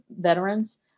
veterans